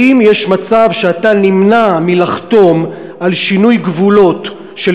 האם יש מצב שאתה נמנע מלחתום על שינוי גבולות של